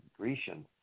Grecian